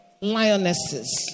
lionesses